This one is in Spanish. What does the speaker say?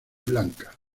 blanca